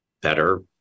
better